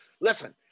listen